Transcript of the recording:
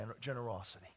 generosity